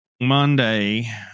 Monday